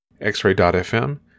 xray.fm